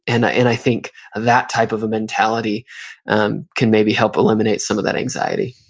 and and i think that type of a mentality um can maybe help eliminate some of that anxiety